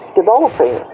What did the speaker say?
developing